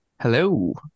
Hello